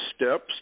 steps